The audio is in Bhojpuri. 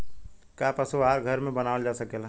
का पशु आहार घर में बनावल जा सकेला?